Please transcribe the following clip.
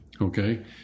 Okay